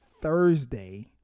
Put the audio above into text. Thursday